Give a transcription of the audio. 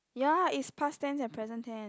ya is past tense and present tense